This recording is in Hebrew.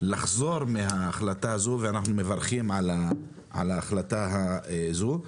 לחזור מההחלטה הזו ואנחנו מברכים על ההחלטה הזו.